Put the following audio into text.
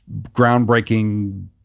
groundbreaking